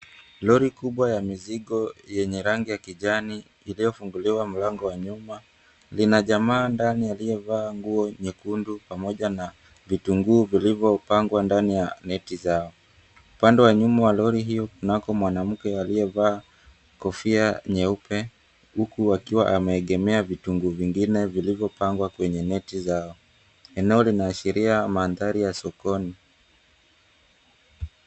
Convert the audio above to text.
Lori kubwa ya mizigo yenye rangi ya kijani iliyofunguliwa mlango wa nyuma lina jamaa ndani aliyevaa nguo nyekundu pamoja na vitungu vilivyo pangwa ndani ya neti zao, upande wa nyuma wa lorri hiyo kunako mwanamke aliyevaa kofia nyeupe huku akiwa ameegmea vitungu vingine vilivyo pangwa kwenye neti zao. Eneo linaashiria mandhari ya sokoni.